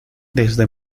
desde